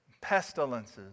Pestilences